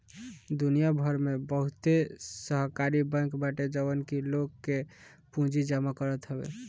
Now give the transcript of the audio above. दुनिया भर में बहुते सहकारी बैंक बाटे जवन की लोग के पूंजी जमा करत हवे